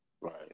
Right